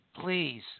Please